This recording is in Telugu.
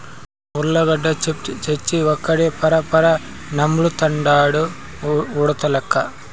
ఉర్లగడ్డ చిప్స్ తెచ్చి ఒక్కడే పరపరా నములుతండాడు ఉడతలెక్క